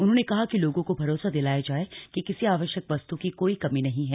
उन्होंने कहा कि लोगों को भरोसा दिलाया जाए कि किसी आवश्यक वस्त् की कोई कमी नहीं है